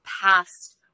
past